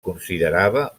considerava